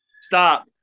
Stop